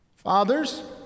Fathers